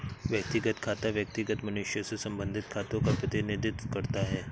व्यक्तिगत खाता व्यक्तिगत मनुष्यों से संबंधित खातों का प्रतिनिधित्व करता है